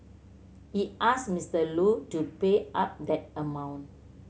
he asked Mister Lu to pay up that amount